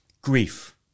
Grief